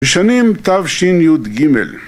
ושנים תשי"ג.